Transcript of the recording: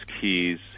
keys